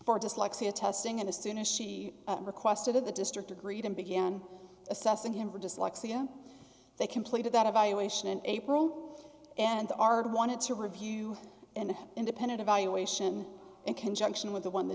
for dyslexia testing and as soon as she requested of the district agreed and began assessing him for dyslexia they completed that evaluation an april and ard wanted to review an independent evaluation in conjunction with the one the